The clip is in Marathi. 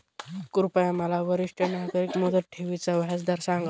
कृपया मला वरिष्ठ नागरिक मुदत ठेवी चा व्याजदर सांगा